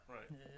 Right